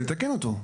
נתקן אותו.